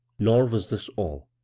nor was this all.